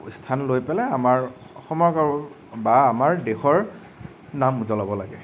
স্থান লৈ পেলাই আমাৰ অসমক আৰু বা আমাৰ দেশৰ নাম উজ্বলাব লাগে